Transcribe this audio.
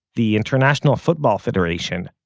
the international football federation,